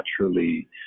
naturally